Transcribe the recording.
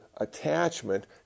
attachment